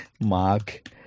Mark